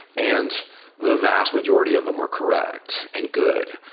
and the vast majority of them were correct and good,